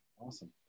Awesome